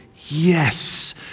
yes